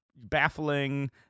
baffling